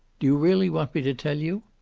do you really want me to tell you?